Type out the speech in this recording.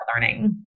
learning